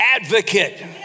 advocate